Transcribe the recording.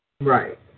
Right